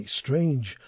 strange